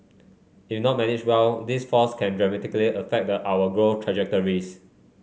if not managed well these forces can dramatically affect our growth trajectories